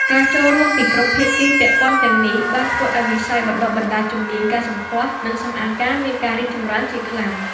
ការចូលរួមពីគ្រប់ភាគីពាក់ព័ន្ធទាំងនេះបានធ្វើឱ្យវិស័យបណ្តុះបណ្តាលជំនាញកែសម្ផស្ស និងសម្អាងការមានការរីកចម្រើនជាខ្លាំង។